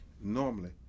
normally